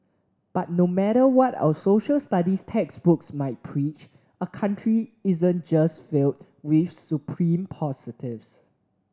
but no matter what our Social Studies textbooks might preach a country isn't just filled with supreme positives